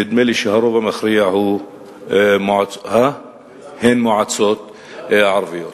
נדמה לי שהרוב המכריע הן מועצות ערביות.